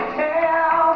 tell